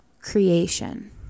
creation